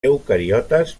eucariotes